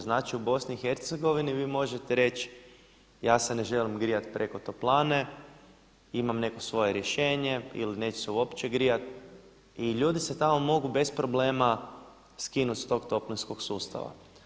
Znači u BiH vi možete reći ja se ne želim grijati preko toplane, imam neko svoje rješenje, ili neću se uopće grijati i ljudi se tamo mogu bez problema skinuti sa tog toplinskog sustava.